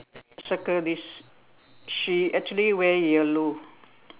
circle this she actually wear yellow